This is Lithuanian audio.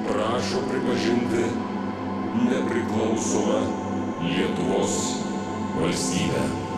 prašo pripažinti nepriklausomą lietuvos valstybę